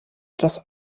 das